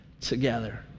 together